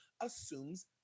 assumes